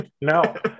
no